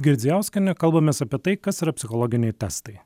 girdzijauskiene kalbamės apie tai kas yra psichologiniai testai